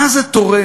מה זה תורם?